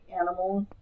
animals